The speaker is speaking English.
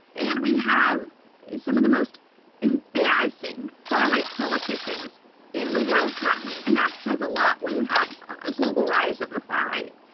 and we have some of the most embarrassing far right politicians in the world currently. and that says a lot when you have a global rise of the far right.